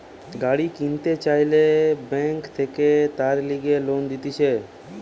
গাড়ি কিনতে চাইলে বেঙ্ক থাকে তার লিগে লোন দিতেছে